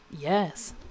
Yes